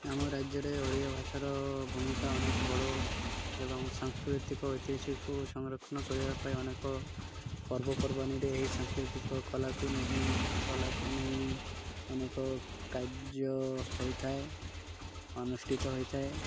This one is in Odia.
ଆମ ରାଜ୍ୟରେ ଓଡ଼ିଆ ଭାଷାର ଭୂମିକା ଅନେକ ବଡ଼ ଏବଂ ସାଂସ୍କୃତିକ ଐତିହାସକୁ ସଂରକ୍ଷଣ କରିବା ପାଇଁ ଅନେକ ପର୍ବପର୍ବାଣିରେ ଏହି ସାଂସ୍କୃତିକ କଲାକୁ ନେହି କଲାକୁ ନେଇ ଅନେକ କାର୍ଯ୍ୟ ହେଇଥାଏ ଅନୁଷ୍ଠିତ ହେଇଥାଏ